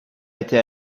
était